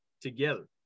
together